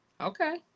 Okay